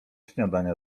śniadania